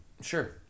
Sure